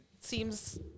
seems